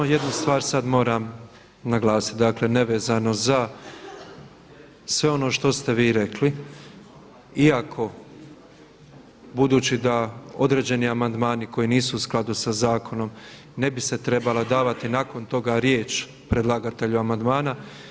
Ja samo jednu stvar sad moram naglasiti, dakle nevezano za sve ono što ste vi rekli iako budući da određeni amandmani koji nisu u skladu sa zakonom ne bi se trebala davati nakon toga riječ predlagatelju amandmana.